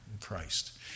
Christ